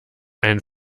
ein